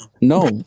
No